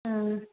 हाँ